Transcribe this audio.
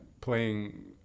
playing